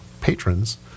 patrons